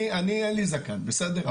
לי אין זקן, בסדר?